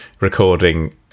recording